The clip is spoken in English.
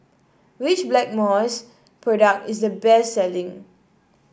which Blackmores product is the best selling